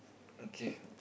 okay